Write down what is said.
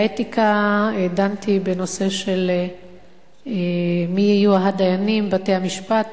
באתיקה דנתי בנושא של מי יהיו הדיינים, בתי-המשפט